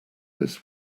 this